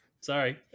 Sorry